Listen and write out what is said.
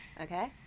okay